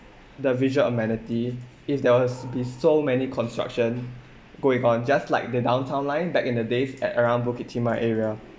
the visual amenity if there was to be so many construction going on just like the downtown line back in the days at around bukit timah area